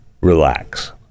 Relax